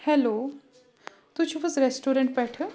hello تُہۍ چھِو حظ رٮ۪سٹورٮ۪نٛٹ پٮ۪ٹھٕ